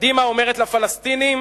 קדימה אומרת לפלסטינים: